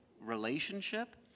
relationship